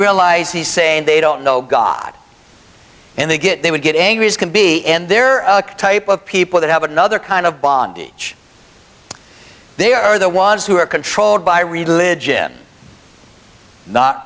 realize he's saying they don't know god and they get they would get angry as can be and their type of people that have another kind of bondage they are the ones who are controlled by religion not